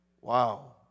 wow